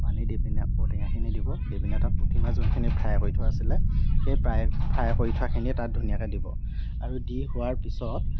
পানী দি পিনে ঔটেঙাখিনি দিব দি পিনে তাত পুঠি মাছ যোনখিনি ফ্ৰাই কৰি থোৱা আছিলে সেই প্ৰাই ফ্ৰাই কৰি থোৱাখিনিয়ে তাত ধুনীয়াকৈ দিব আৰু দি হোৱাৰ পিছত